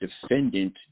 defendant